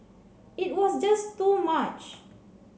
it was just too much